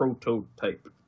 prototype